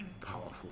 powerful